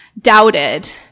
doubted